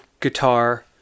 guitar